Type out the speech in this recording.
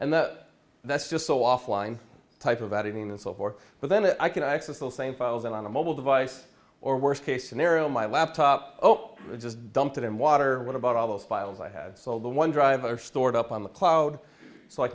and that's just so off line type of editing and so forth but then i can access those same files on a mobile device or worst case scenario my laptop oh just dump it in water what about all those files i had sold the one driver stored up on the cloud so i